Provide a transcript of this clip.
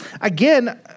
Again